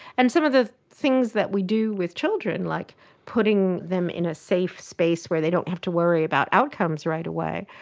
and some the things that we do with children, like putting them in a safe space where they don't have to worry about outcomes right away,